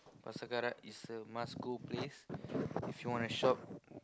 Pasar-Karat is a must to go place if you shop